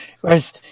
whereas